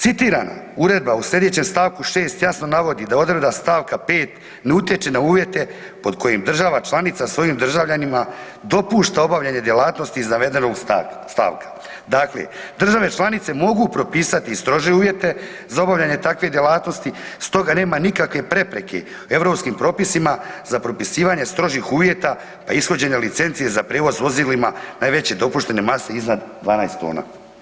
Citiram „Uredba u st. 6. jasno navodi da odredba st. 5. ne utječe na uvjete pod kojim država članica svojim državljanima dopušta obavljanje djelatnosti iz navedenog stavka“, dakle države članice mogu propisati strože uvjete za obavljanje takve djelatnosti, stoga nema nikakve prepreke europskim propisima za propisivanje strožih uvjeta pa ishođenje licence za prijevoz vozilima najveće dopuštene mase iznad 12 tona.